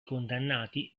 condannati